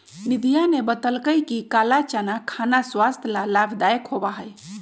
निधिया ने बतल कई कि काला चना खाना स्वास्थ्य ला लाभदायक होबा हई